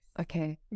Okay